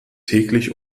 täglich